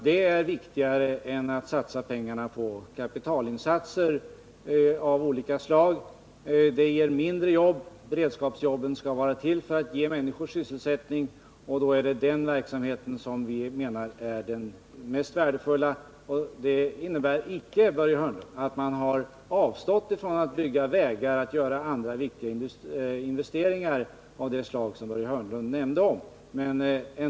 Det är viktigare än att göra kapitalinsatser av olika slag. Det ger mindre jobb. Beredskapsjobben skall vara till för att ge människor sysselsättning, och då menar vi att den verksamheten är den mest värdefulla. Det innebär icke, Börje Hörnlund, att vi avstått från att bygga vägar och göra andra viktiga investeringar av det slag Börje Hörnlund nämnde.